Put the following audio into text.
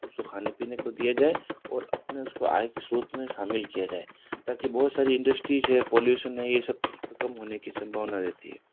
उसको खाने पीने को दिया जाए और अपने उसको आय के स्रोत में शामिल किया जाए ताकि बहुत सारी इंडस्ट्रीस हैं पॉल्यूशन है यह सब कुछ कम होने की संभावना रहती है